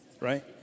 Right